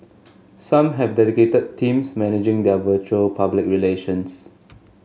some have dedicated teams managing their virtual public relations